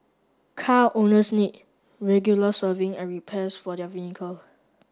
car owners need regular serving and repairs for their vehicle